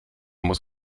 muss